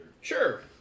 Sure